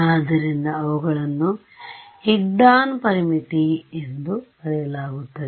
ಆದ್ದರಿಂದ ಇವುಗಳನ್ನು ಹಿಗ್ಡಾನ್ ಪರಿಮಿತಿ ಎಂದು ಕರೆಯಲಾಗುತ್ತದೆ